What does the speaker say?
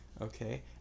okay